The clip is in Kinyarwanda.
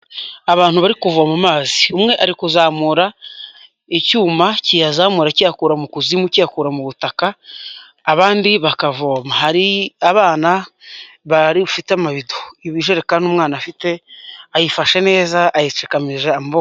Abantu bari kuvoma amazi. Umwe ari kuzamura icyuma kiyazamura kiyakura mu kuzimu, kiyakura mu butaka, abandi bakavoma. Hari abana bafite amavido. Ibijerekani umwana afite, ayifashe neza, ayitsikamije amaboko.